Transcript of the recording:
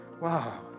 wow